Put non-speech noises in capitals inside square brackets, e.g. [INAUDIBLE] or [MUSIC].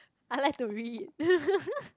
I like to read [LAUGHS]